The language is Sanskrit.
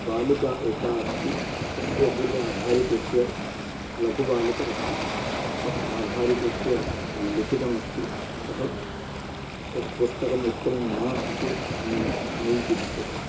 बालिका एका अस्ति तस्योपरि आधारिकृत्य लघु बालिका अस्ति तत् आधारिकृत्य लिखितं अस्ति अतः एतत् पुस्तकं उत्तमं न इति मयि चिन्त्यते